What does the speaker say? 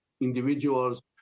individuals